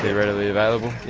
readily available.